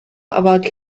about